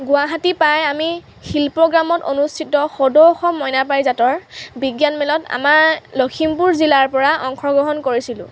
গুৱাহাটী পাই আমি শিল্পগ্ৰামত অনুষ্ঠিত সদৌ অসম মইনা পাৰিজাতৰ বিজ্ঞান মেলত আমাৰ লখিমপুৰ জিলাৰ পৰা অংশগ্ৰহণ কৰিছিলোঁ